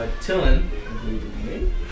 Tillin